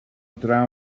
draw